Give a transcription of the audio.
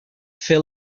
fer